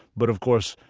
but of course,